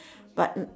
but